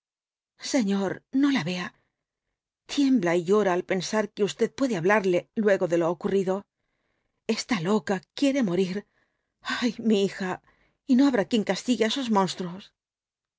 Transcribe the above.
señor no la vea tiembla y llora al pensar que los oüatko jinbths dbl apocaupsis usted puede hablarle luego de lo ocurrido está loca quiere morir ay mi hija y no habrá quien castigue á esos monstruos